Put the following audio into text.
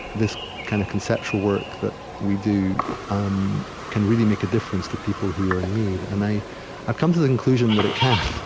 this kind of conceptual work that we do um can really make a difference to people who are in need. and i've come to the conclusion that it can.